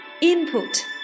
Input